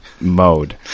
mode